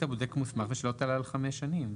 הבודק המוסמך ושלא תעלה על חמש שנים".